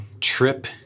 trip